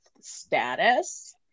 status